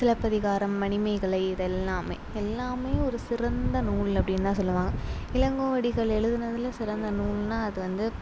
சிலப்பதிகாரம் மணிமேகலை இதெல்லாம் எல்லாம் ஒரு சிறந்த நூல் அப்படின்னு தான் சொல்லுவாங்க இளங்கோவடிகள் எழுதினதுல சிறந்த நூல்னா அது வந்து